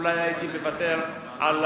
אולי הייתי מוותר על